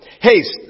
Haste